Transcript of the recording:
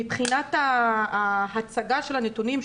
מבחינת ההצגה של הנתונים,